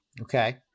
Okay